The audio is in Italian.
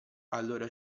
allora